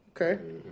Okay